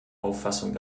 auffassung